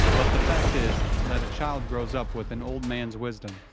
but the fact is that a child grows up with an old man's wisdom,